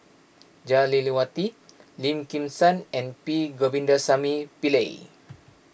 Jah Lelawati Lim Kim San and P Govindasamy Pillai